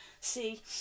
See